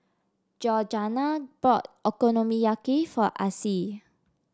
Georganna bought Okonomiyaki for Acie